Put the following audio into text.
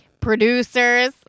producers